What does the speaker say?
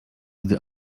gdy